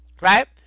right